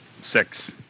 six